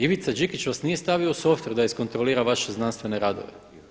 Ivica Đikić vas nije stavio u softver da iskontrolira vaše znanstvene radove.